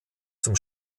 zum